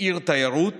כעיר תיירות